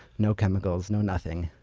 no chemicals, no nothing.